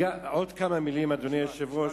עוד כמה מלים, אדוני היושב-ראש.